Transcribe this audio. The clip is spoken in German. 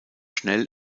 schnell